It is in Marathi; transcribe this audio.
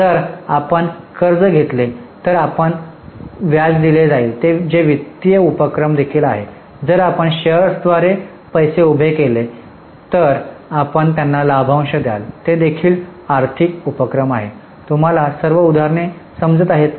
जर आपण कर्ज घेतले तर आपण व्याज दिले जाईल जे वित्तिय उपक्रम देखील आहे जर आपण शेअर्सद्वारे पैसे उभे केले तर आपण त्यांना लाभांश द्याल ते देखील आर्थिक उपक्रम आहे तुला सर्व उदाहरणे मिळत आहेत का